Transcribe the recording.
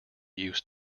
use